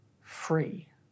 free